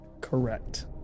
correct